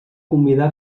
convidar